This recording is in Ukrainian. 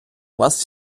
вас